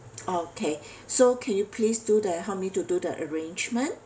okay so can you please do the help me to do the arrangement